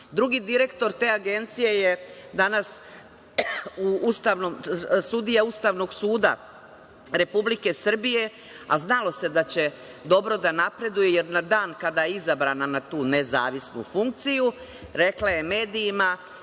Drugi direktor te Agencije je danas sudija Ustavnog suda Republike Srbije, a znalo se da će dobro da napreduje jer na dan kada je izabrana na tu nezavisnu funkciju, rekla je medijima